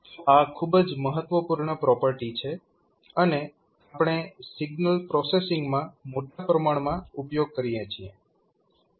તો આ ખૂબ જ મહત્વપૂર્ણ પ્રોપર્ટી છે અને આપણે સિગ્નલ પ્રોસેસિંગ માં મોટા પ્રમાણમાં ઉપયોગ કરીએ છીએ